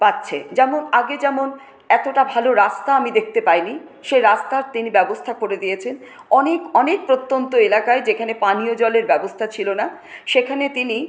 পাচ্ছে যেমন আগে যেমন এতটা ভালো রাস্তা আমি দেখতে পাইনি সে রাস্তার তিনি ব্যবস্থা করে দিয়েছেন অনেক অনেক প্রত্যন্ত এলাকায় যেখানে পানীয় জলের ব্যবস্থা ছিল না সেখানে তিনি